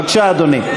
בבקשה, אדוני.